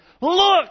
look